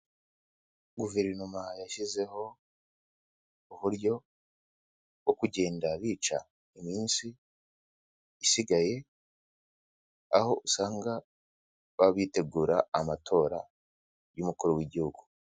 Guverinoma yashyizeho uburyo bwo kugenda bica iminsi isigaye, aho usanga baba bitegura amatora y'umukuru w'igihugu.